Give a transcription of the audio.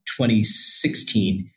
2016